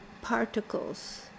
particles